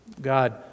God